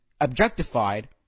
objectified